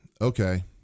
Okay